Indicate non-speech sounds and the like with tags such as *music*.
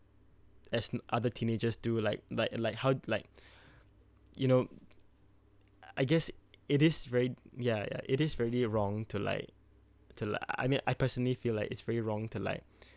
as *noise* other teenagers do like like like how like *breath* you know I guess it is rea~ ya ya it is really wrong to like to like I mean I personally feel like it's very wrong to like *breath*